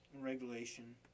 Regulation